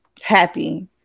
happy